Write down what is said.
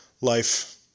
life